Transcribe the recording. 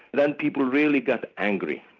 then people really got angry.